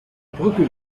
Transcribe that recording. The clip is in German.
brücke